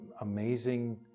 amazing